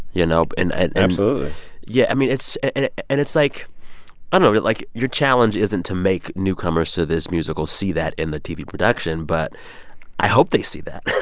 yeah know and and absolutely yeah, i mean, it's and and it's like i don't know like your challenge isn't to make newcomers to this musical see that in the tv production, but i hope they see that.